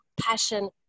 passion